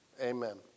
Amen